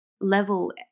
level